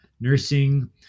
nursing